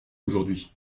aujourd’hui